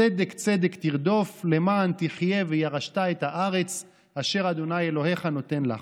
צדק צדק תרדף למען תחיה וירשת את הארץ אשר ה' אלהיך נתן לך".